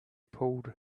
pulled